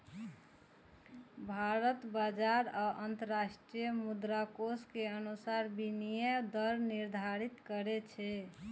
भारत बाजार आ अंतरराष्ट्रीय मुद्राकोष के अनुसार विनिमय दर निर्धारित करै छै